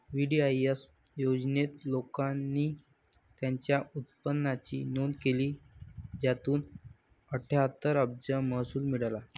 VDIS योजनेत, लोकांनी त्यांच्या उत्पन्नाची नोंद केली, ज्यातून अठ्ठ्याहत्तर अब्ज महसूल मिळाला